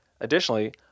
Additionally